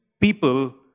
people